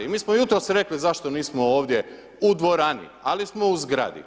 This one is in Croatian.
I mi smo jutros rekli, zašto nismo ovdje u dvorani, ali smo u zgradi.